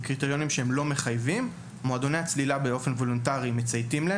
לא מחייבים ומועדוני הצלילה מצייתים באופן וולונטרי.